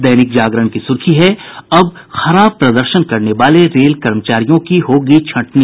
दैनिक जागरण की सुर्खी है अब खराब प्रदर्शन करने वाले रेल कर्मचारियों की होगी छटनी